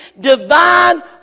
divine